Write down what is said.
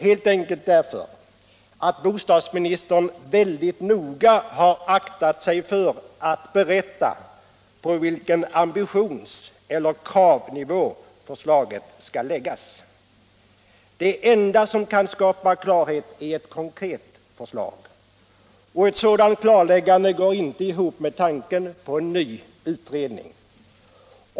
Helt enkelt därför att bostadsministern väldigt noga har aktat sig för att berätta på vilken ambitions eller kravnivå förslaget skall läggas. Det enda som kan skapa klarhet är ett konkret förslag. Och ett sådant klarläggande går ju inte ihop med tanken på en ny utredning.